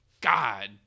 God